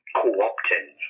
co-opting